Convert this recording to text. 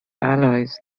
allies